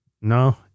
No